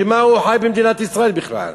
בשביל מה הוא חי במדינת ישראל בכלל?